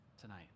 tonight